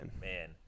man